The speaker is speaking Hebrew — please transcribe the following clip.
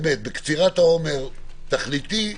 באמת, בקצירת העומר, להיות תכליתיים.